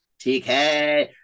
TK